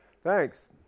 Thanks